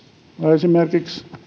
esimerkiksi